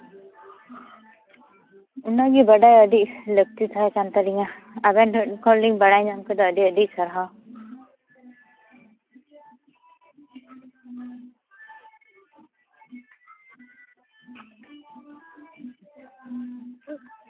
ᱚᱱᱟᱜᱮ ᱵᱟᱰᱟᱭ ᱟᱹᱰᱤ ᱞᱟᱹᱠᱛᱤ ᱛᱟᱦᱮᱸ ᱠᱟᱱ ᱛᱟᱹᱞᱤᱧᱟ ᱟᱵᱮᱱ ᱴᱷᱮᱱ ᱠᱷᱚᱱᱞᱤᱧ ᱵᱟᱰᱟᱭ ᱧᱟᱢ ᱠᱮᱫᱟ ᱟᱹᱰᱤ ᱟᱹᱰᱤ ᱥᱟᱨᱦᱟᱣ